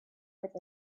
with